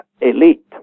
elite